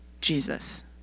Jesus